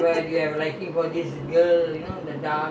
!huh! nநா எவ்வலோ:naa evalo fair ரா இருந்தே அப்போ போய்:raa irunthae appo poi